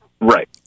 Right